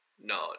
No